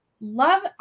Love